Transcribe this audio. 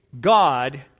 God